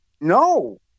no